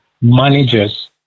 managers